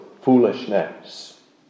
foolishness